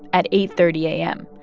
at eight thirty a m,